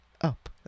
up